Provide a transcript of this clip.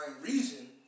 reason